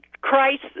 Christ